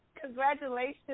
Congratulations